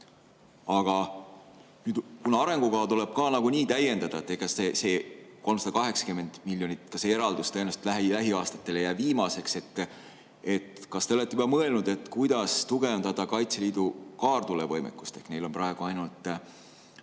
Aga kuna arengukava tuleb nagunii täiendada, sest ega see 380-miljoniline eraldis tõenäoliselt lähiaastatel ei jää viimaseks, siis kas te olete mõelnud, kuidas tugevdada Kaitseliidu kaartulevõimekust? Neil on praegu ainult